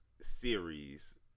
series